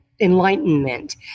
enlightenment